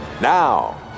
now